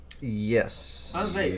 yes